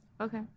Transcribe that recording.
Okay